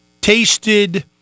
tasted